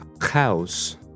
house